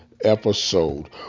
episode